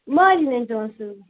مالنہِ أنۍ زیٚوس سۭتۍ